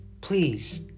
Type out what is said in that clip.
Please